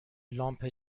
لامپ